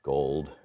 Gold